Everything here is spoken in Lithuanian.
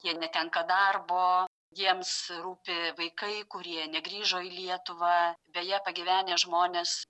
jie netenka darbo jiems rūpi vaikai kurie negrįžo į lietuvą beje pagyvenę žmonės